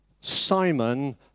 Simon